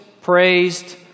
praised